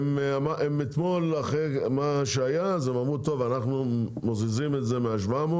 אתמול אחרי מה שהיה הם אמרו שהם יזיזו מה-700